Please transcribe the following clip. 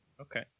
Okay